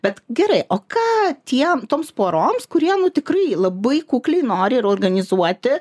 bet gerai o ką tie toms poroms kurie nu tikrai labai kukliai nori ir organizuoti